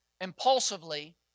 impulsively